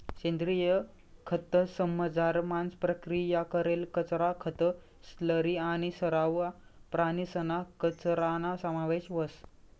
सेंद्रिय खतंसमझार मांस प्रक्रिया करेल कचरा, खतं, स्लरी आणि सरवा प्राणीसना कचराना समावेश व्हस